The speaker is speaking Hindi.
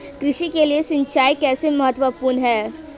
कृषि के लिए सिंचाई कैसे महत्वपूर्ण है?